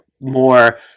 more